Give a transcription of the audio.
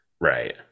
right